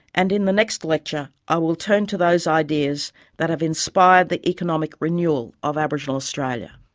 and in the next lecture, i will turn to those ideas that have inspired the economic renewal of aboriginal australia